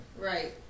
Right